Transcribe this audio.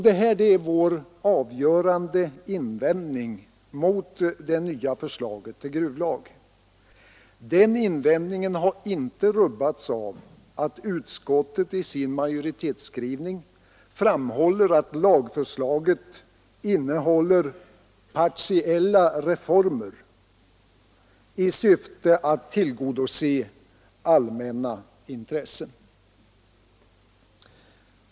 Det här är vår avgörande invändning mot det nya förslaget till gruvlag. Den invändningen har inte rubbats av att utskottet i sin majoritetsskrivning framhåller att lagförslaget innehåller ”partiella reformer” i syfte att tillgodose allmänna intressen.